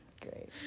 great